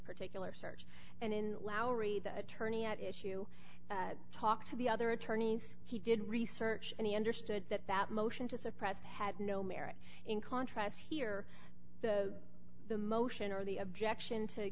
particular search and in lowery the attorney at issue talked to the other attorneys he did research and he understood that that motion to suppress it had no merit in contrasts here the the motion or the objection to